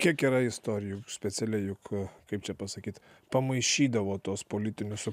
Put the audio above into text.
kiek yra istorijų specialiai juk kaip čia pasakyt pamaišydavo tuos politinius su